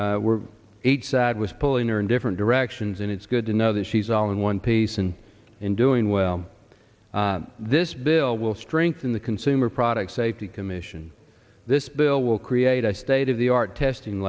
sometimes we're each side was pulling in different directions and it's good to know that she's all in one piece and in doing well this bill will strengthen the consumer product safety commission this bill will create a state of the art testing